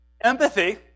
Empathy